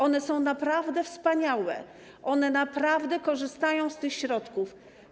One są naprawdę wspaniałe, one naprawdę korzystają z tych środków.